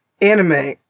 anime